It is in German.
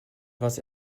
was